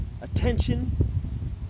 attention